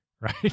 right